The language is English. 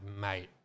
mate